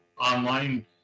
online